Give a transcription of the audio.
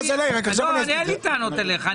אין לי טענות אליך,